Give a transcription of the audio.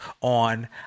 on